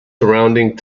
surrounding